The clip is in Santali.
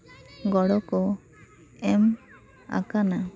ᱜᱚᱲᱚ ᱠᱚ ᱮᱢ ᱟᱠᱟᱱᱟ